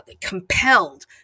compelled